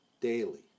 daily